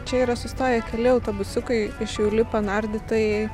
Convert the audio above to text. čia yra sustoję keli autobusiukai iš jų lipa nardytojai